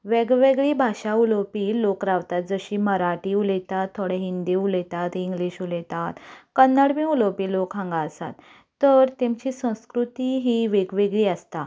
वेगळीवेगळी भाशा उलोवपी लोक रावतात जशे मराठी उलयतात थोडे हिंदी उलयतात इंग्लीश उलयता कन्नडूय उलोवपी लोक हांगा आसात तर तांची संस्कृती ही वेगवेगळी आसता